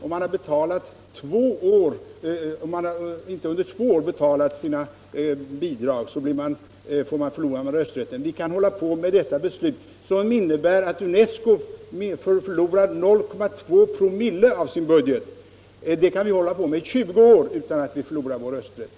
Om man under två år inte har betalat sina bidrag förlorar man rösträtten, sade herr Turesson. Nej, vi kan hålla på i 20 år att fatta sådana här beslut som innebär att UNESCO förlorar 0,2 "4. av sin budget utan att vi förlorar vår rösträtt.